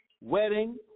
wedding